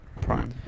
Prime